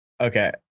Okay